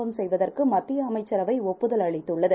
கம்செய்வதற்குமத்தியஅமைச்சரவைஒப்புதல்அளித்துள்ளது